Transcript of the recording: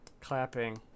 Clapping